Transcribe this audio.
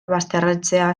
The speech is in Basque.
basterretxea